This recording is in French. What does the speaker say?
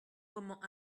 comment